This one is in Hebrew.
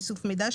איסוף מידע,